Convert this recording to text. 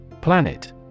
Planet